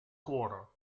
quarter